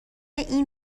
این